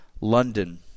London